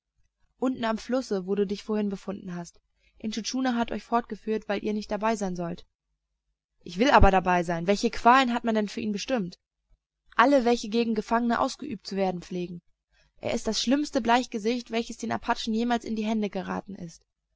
unten am flusse wo du dich vorhin befunden hast intschu tschuna hat euch fortgeführt weil ihr nicht dabei sein sollt ich will aber dabei sein welche qualen hat man denn für ihn bestimmt alle welche gegen gefangene ausgeübt zu werden pflegen er ist das schlimmste bleichgesicht welches den apachen jemals in die hände geraten ist